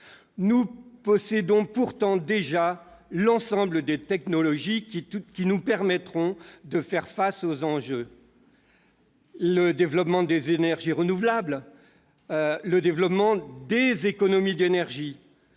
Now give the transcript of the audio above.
Nous possédons déjà l'ensemble des technologies qui nous permettront de faire face aux enjeux : les énergies renouvelables et le développement des économies d'énergie,